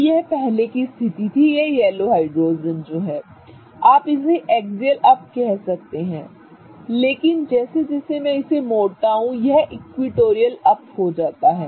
तो यह पहले की स्थिति थी यह येलो हाइड्रोजन आप इसे एक्सियल अप कह सकते हैं लेकिन जैसे जैसे मैं इसे मोड़ता हूं यह इक्विटोरियल अप हो जाता है